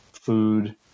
food